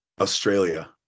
Australia